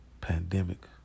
pandemic